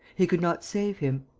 he could not save him.